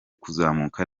kuzamuka